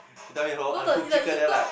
then we hold uncooked chicken there lah